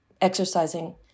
exercising